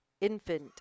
infant